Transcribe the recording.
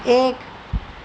ایک